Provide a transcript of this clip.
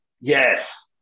Yes